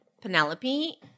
Penelope